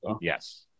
Yes